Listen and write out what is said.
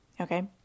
okay